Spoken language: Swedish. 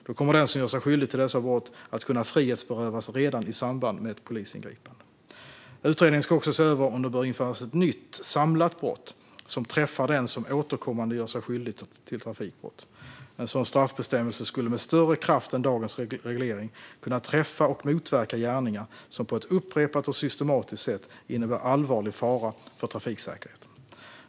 Då kommer den som gör sig skyldig till dessa brott att kunna frihetsberövas redan i samband med ett polisingripande. Utredningen ska också se över om det bör införas ett nytt, samlat brott som träffar den som återkommande gör sig skyldig till trafikbrott. En sådan straffbestämmelse skulle med större kraft än dagens reglering kunna träffa och motverka gärningar som på ett upprepat och systematiskt sätt innebär allvarlig fara för trafiksäkerheten.